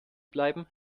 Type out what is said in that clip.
bleiben